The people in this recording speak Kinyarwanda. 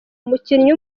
umukinnyi